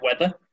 weather